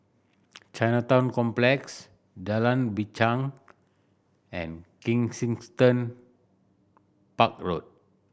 Chinatown Complex Jalan Binchang and Kensington Park Road